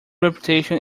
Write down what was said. reputation